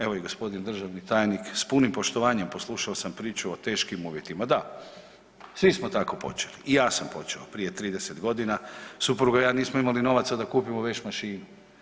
Evo i g. državni tajnik s punim poštovanjem poslušao sam priču o teškim uvjetima, da, svi smo tako počeli i ja sam počeo prije 30 godina, supruga i ja nismo imali novaca da kupimo vešmašinu.